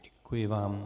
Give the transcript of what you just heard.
Děkuji vám.